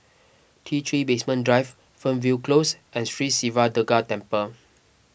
T three Basement Drive Fernvale Close and Sri Siva Durga Temple